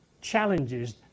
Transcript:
challenges